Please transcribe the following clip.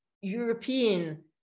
European